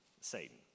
Satan